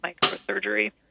microsurgery